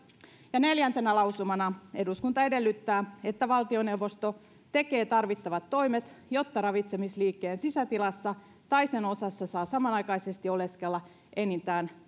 neljäntenä lausumana eduskunta edellyttää että valtioneuvosto tekee tarvittavat toimet jotta ravitsemusliikkeen sisätilassa tai sen osassa saa samanaikaisesti oleskella enintään